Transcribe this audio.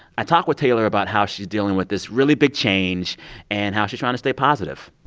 i talk with taylor about how she's dealing with this really big change and how she's trying to stay positive